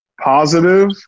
positive